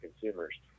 consumers